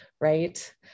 right